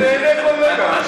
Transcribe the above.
הוא נהנה מכל רגע.